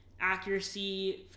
accuracy